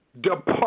depart